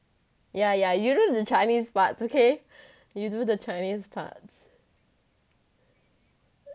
yeah yeah you do the chinese parts okay you do the chinese parts